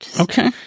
Okay